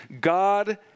God